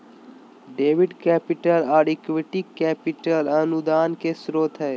debit capital, आर equity capital अनुदान के स्रोत हय